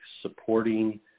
supporting